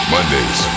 Mondays